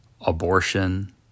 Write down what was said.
abortion